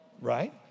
right